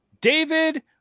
David